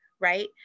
right